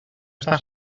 està